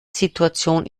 situation